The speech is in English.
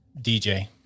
DJ